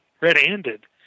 red-handed